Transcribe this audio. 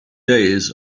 days